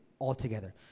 altogether